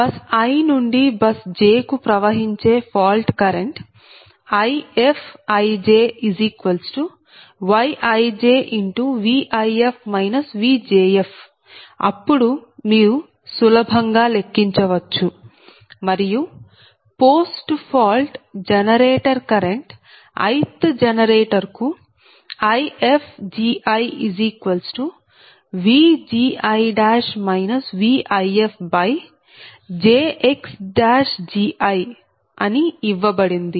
bus i నుండి bus j కు ప్రవహించే ఫాల్ట్ కరెంట్ IfijyijVif Vjf అప్పుడు మీరు సులభంగా లెక్కించవచ్చు మరియు post fault generator current ith generator కు Ifgi Vgi Vifjxgi అని ఇవ్వబడింది